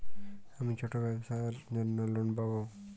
আমি ছোট ব্যবসার জন্য লোন পাব?